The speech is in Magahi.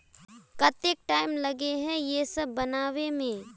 केते टाइम लगे है ये सब बनावे में?